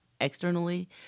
externally